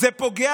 זה פוגע